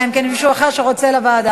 אלא אם כן מישהו אחר רוצה לוועדה.